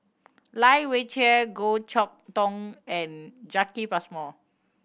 Lai Weijie Goh Chok Tong and Jacki Passmore